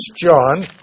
John